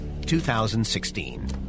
2016